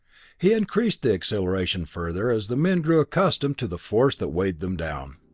he increased the acceleration further as the men grew accustomed to the force that weighed them down.